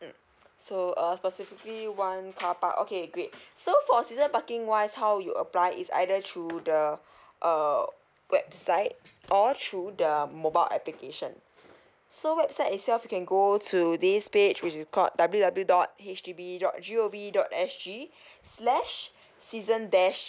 mm so err specifically one car park okay great so for season parking wise how you apply is either through the err website or through the mobile application so website itself you can go to this page which is called W W dot H D B dot G O V dot S G slash season dash